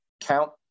count